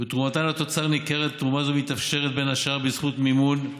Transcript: ותרומתם לתוצר ניכרת ומתאפשרת בין השאר בזכות מימון,